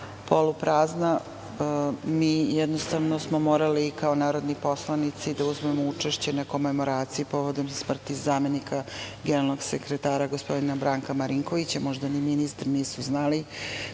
polu prazna, mi jednostavno smo morali kao narodni poslanici da uzmemo učešće na komemoraciji povodom smrti zamenika generalnog sekretara, gospodina Branka Marinkovića. Možda ministri nisu znali. To